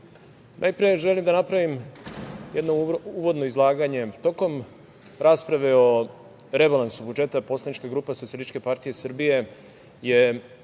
najpre želim da napravim jedno uvodno izlaganje. Tokom rasprave o rebalansu budžeta, Poslanička grupa SPS je vrlo jasno